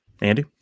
andy